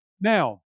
Now